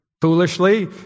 foolishly